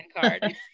card